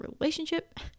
relationship